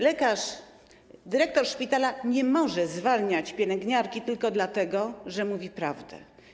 Lekarz, dyrektor szpitala nie może zwalniać pielęgniarki tylko dlatego, że mówi prawdę.